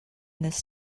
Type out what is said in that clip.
this